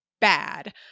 bad